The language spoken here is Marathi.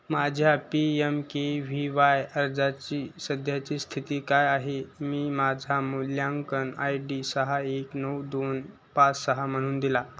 माझ्या P M K V Y अर्जाची सध्याची स्थिती काय आहे मी माझा मूल्यांकन आय डी सहा एक नऊ दोन पाच सहा म्हणून दिला